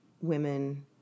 women